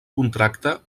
contracte